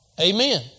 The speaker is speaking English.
Amen